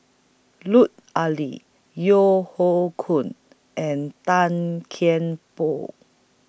Lut Ali Yeo Hoe Koon and Tan Kian Por